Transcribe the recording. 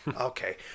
Okay